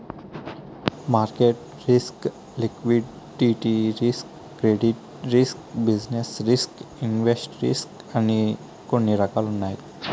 market risk liquidity risk credit risk business risk invest risk అని కొన్ని రకాలున్నాయి